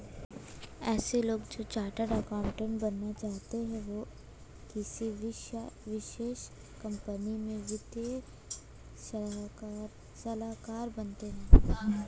ऐसे लोग जो चार्टर्ड अकाउन्टन्ट बनना चाहते है वो किसी विशेष कंपनी में वित्तीय सलाहकार बनते हैं